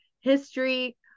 history